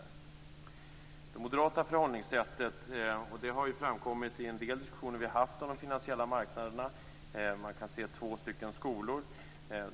I det moderata förhållningssättet, vilket har framkommit i en del diskussioner som vi har haft om de finansiella marknaderna, kan man se två stycken skolor.